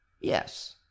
Yes